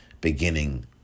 beginning